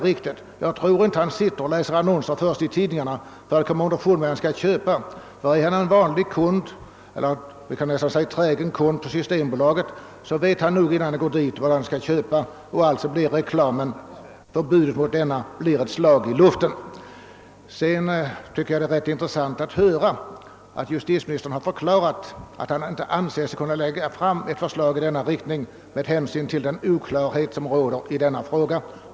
Ingen läser väl annonser för att komma underfund med vad han skall köpa. En trägen kund på systembolaget vet nog vad han vill ha. Ftt förbud mot reklam blir sålunda ett slag i luften. Det var intressant att höra att justitieministern har förklarat att han inte anser sig kunna lägga fram ett förslag om förbud, med hänsyn till den oklarhet som råder i denna fråga.